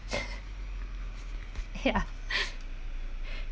ya